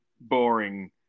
boring